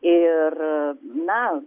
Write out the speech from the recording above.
ir na